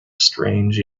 strange